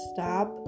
Stop